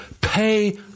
pay